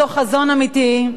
מתוך חזון אמיתי,